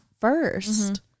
first